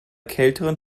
kälteren